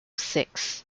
six